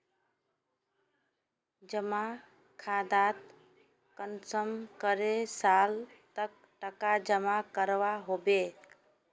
जमा खातात कुंसम करे साल तक टका जमा करवा होबे?